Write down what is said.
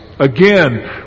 Again